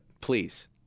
please